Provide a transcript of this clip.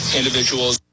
individuals